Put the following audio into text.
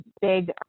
big